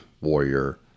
Warrior